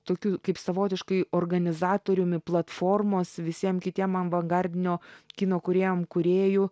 tokiu kaip savotiškai organizatoriumi platformos visiem kitiem avangardinio kino kūrėjam kūrėju